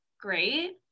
great